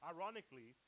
Ironically